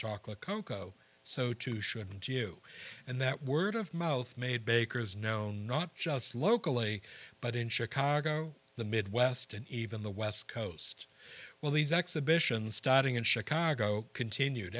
stockleigh cocoa so too shouldn't you and that word of mouth made bakers no not just locally but in chicago the midwest and even the west coast well these exhibitions starting in chicago continued